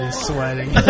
sweating